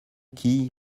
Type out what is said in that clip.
qui